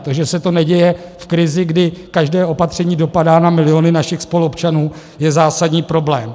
To, že se to neděje v krizi, kdy každé opatření dopadá na miliony našich spoluobčanů, je zásadní problém.